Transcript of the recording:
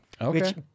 Okay